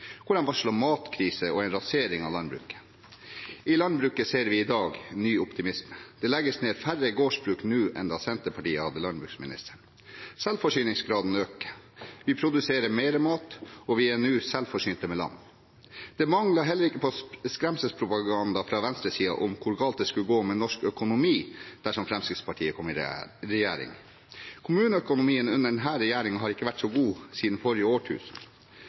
I landbruket ser vi i dag ny optimisme: Det legges ned færre gårdsbruk nå enn da Senterpartiet hadde landbruksministeren, selvforsyningsgraden øker, vi produserer mer mat, og vi er nå selvforsynt med lam. Det manglet heller ikke på skremselspropaganda fra venstresiden om hvor galt det skulle gå med norsk økonomi dersom Fremskrittspartiet kom i regjering. Kommuneøkonomien under denne regjeringen er så god som den ikke har vært siden forrige årtusen.